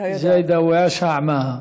לא יודעת.